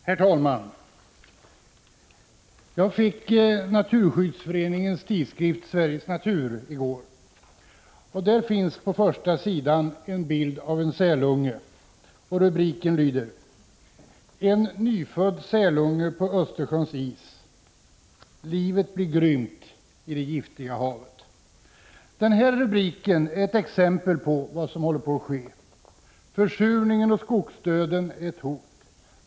Herr talman! Jag fick naturskyddsföreningens tidskrift ”Sveriges Natur” i går. Där finns på första sidan en bild av en sälunge, och rubriken lyder: ”En nyfödd sälunge på Östersjöns is — livet blir grymt i det giftiga havet.” Den här rubriken är ett exempel på vad som håller på att ske. Försurningen och skogsdöden är ett hot.